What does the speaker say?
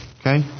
okay